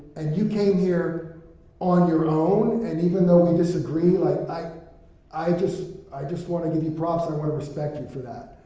and you came here on your own, and even though we disagree, like i i just, i just wanna give you props, i want to respect you for that.